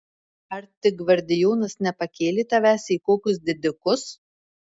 ar tik gvardijonas nepakėlė tavęs į kokius didikus